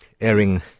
airing